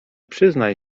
przyznaj